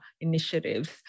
initiatives